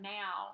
now